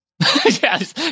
yes